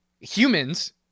humans